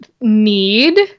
Need